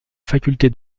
faculté